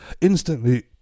instantly